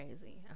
crazy